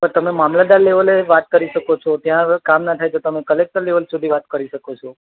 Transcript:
તો તમે મામલતદાર લેવલે વાત કરી શકો છો ત્યાં આગળ કામ ન થાય તો તમે કલેક્ટર લેવલ સુધી વાત કરી શકો છો